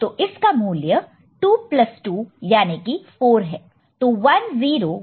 तो इसका मूल्य 2 प्लस 2 याने की 4 है